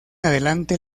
adelante